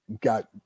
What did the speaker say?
got